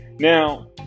Now